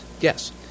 yes